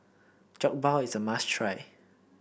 Jokbal is a must try